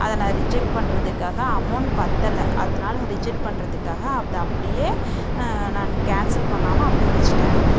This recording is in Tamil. அதை நான் ரிஜெக்ட் பண்ணுறதுக்காக அமௌண்ட் பத்தலை அதனால ரிஜெக்ட் பண்ணுறதுக்காக அதை அப்படியே நான் கேன்சல் பண்ணாமல் அப்படியே வச்சுட்டேன்